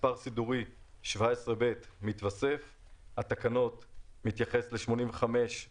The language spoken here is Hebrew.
מס' סעיף מס"ד פקודה תקנה תיאור מקוצר של העבירה "17ב 85(א)(4),